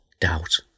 doubt